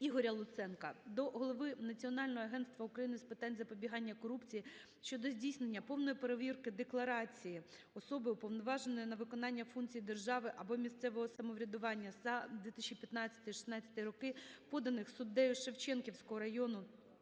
Ігоря Луценка до голови Національного агентства України з питань запобігання корупції щодо здійснення повної перевірки декларацій особи, уповноваженої на виконання функцій держави або місцевого самоврядування, за 2015, 16-й роки, поданих суддею Шевченківського районного